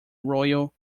royal